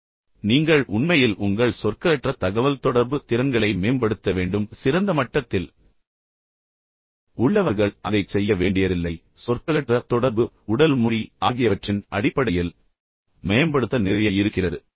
இப்போது நீங்கள் உண்மையில் உங்கள் சொற்களற்ற தகவல்தொடர்பு திறன்களை மேம்படுத்த வேண்டும் சிறந்த மட்டத்தில் உள்ளவர்கள் அதைச் செய்ய வேண்டியதில்லை ஏனென்றால் சொற்களற்ற தொடர்பு மற்றும் உடல் மொழி ஆகியவற்றின் அடிப்படையில் மேம்படுத்த நிறைய இருக்கிறது